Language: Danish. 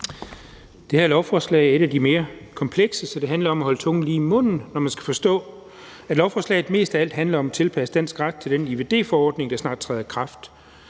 Det her lovforslag er et af de mere komplekse, så det handler om at holde tungen lige i munden, når man skal forstå, at lovforslaget mest af alt handler om at tilpasse dansk ret til den IVD-forordning, der snart træder i kraft.